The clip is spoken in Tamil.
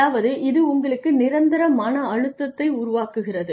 அதாவது இது உங்களுக்கு நிரந்தர மன அழுத்தத்தை உருவாக்குகிறது